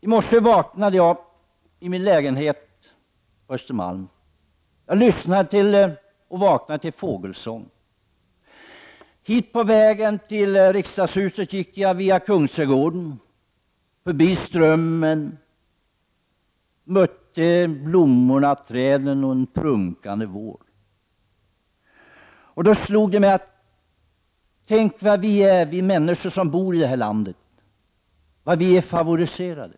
I morse vaknade jag i min lägenhet som ligger på Östermalm. Jag vaknade och lyssnade till fågelsång. På väg till riksdagshuset gick jag igenom Kungsträdgården, förbi Strömmen. Jag möttes av blommorna, träden och en prunkande vår. Det slog mig att vi människor i det här landet är favoriserade.